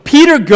Peter